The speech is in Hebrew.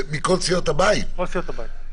זה מכל סיעות הבית -- כל סיעות הבית.